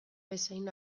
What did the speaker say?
bezain